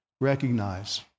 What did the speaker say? recognize